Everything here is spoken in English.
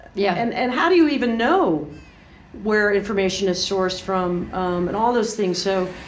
yeah and and how do you even know where information is sourced from um and all those things? so